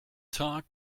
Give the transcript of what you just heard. tag